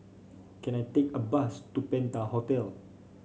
can I take a bus to Penta Hotel